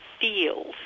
feels